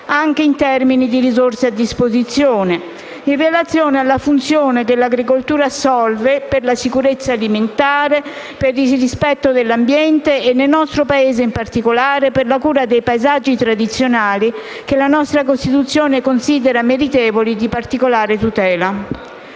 (anche in termini di risorse a disposizione), in relazione alla funzione che l'agricoltura assolve per la sicurezza alimentare, per il rispetto dell'ambiente e, nel nostro Paese in particolare, per la cura dei paesaggi tradizionali, che la nostra Costituzione considera meritevoli di particolare tutela.